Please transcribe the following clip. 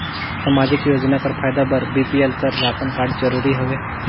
समाजिक योजना कर फायदा बर बी.पी.एल कर राशन कारड जरूरी हवे?